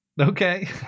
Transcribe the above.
Okay